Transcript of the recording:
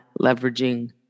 leveraging